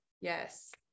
Yes